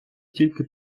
тільки